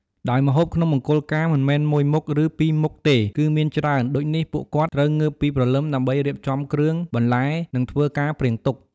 ដោយម្ហូបក្នុងមង្គលការមិនមែនមួយមុខឬពីរមុខទេគឹមានច្រើនដូចនេះពួកគាត់ត្រូវងើបពីព្រលឹម ដើម្បីរៀបចំគ្រឿង បន្លែ និងធ្វើការព្រៀងទុក។